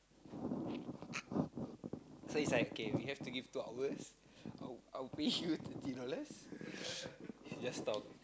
so it's like okay we have to give two hours I'll I'll pay you twenty dollars you just talk